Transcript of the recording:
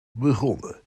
begonnen